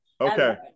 Okay